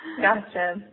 Gotcha